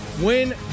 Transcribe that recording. win